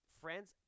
friends